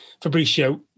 Fabricio